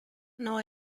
non